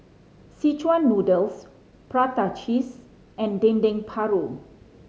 szechuan noodles prata cheese and Dendeng Paru